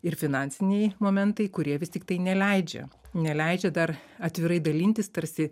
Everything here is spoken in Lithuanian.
ir finansiniai momentai kurie vis tiktai neleidžia neleidžia dar atvirai dalintis tarsi